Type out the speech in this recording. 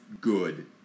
good